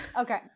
Okay